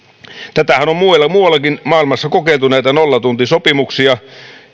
muuallakin maailmassa on kokeiltu näitä nollatuntisopimuksia